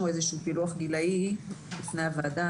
איזה שהוא פילוח גילאי לפני הוועדה,